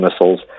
missiles